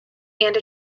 and